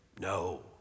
No